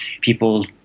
people